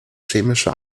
chemische